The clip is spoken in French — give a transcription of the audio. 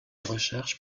recherche